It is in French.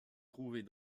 trouvez